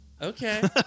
Okay